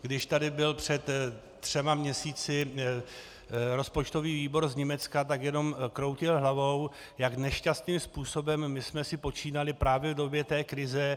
Když tady byl před třemi měsíci rozpočtový výbor z Německa, tak jenom kroutil hlavou, jak nešťastným způsobem jsme si počínali právě v době krize.